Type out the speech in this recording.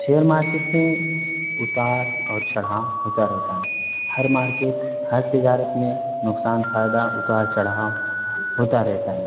share market میں اتار اور چڑھاؤ ہوتا رہتا ہے ہر مارکیٹ ہر تجارت میں نقصان فائدہ اتار چڑھاؤ ہوتا رہتا ہے